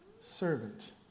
servant